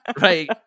Right